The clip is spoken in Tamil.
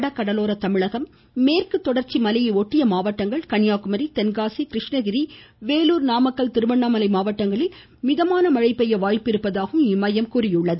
வடகடலோர தமிழகம் மேற்கு தொடர்ச்சி மலையை ஒட்டிய மாவட்டங்கள் கன்னியாகுமரி தென்காசி கிருஷ்ணகிரி வேலூர் நாமக்கல் திருவண்ணாமலை மாவட்டங்களில் மிதமான மழை பெய்ய வாய்ப்பிருப்பதாகவும் இம்மையம் கூறியுள்ளது